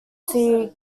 see